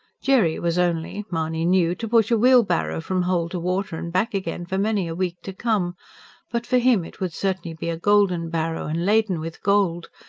jerry was only, mahony knew, to push a wheelbarrow from hole to water and back again for many a week to come but for him it would certainly be a golden barrow, and laden with gold,